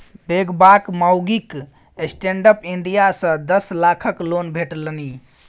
बेंगबाक माउगीक stand up India सँ दस लाखक लोन भेटलनि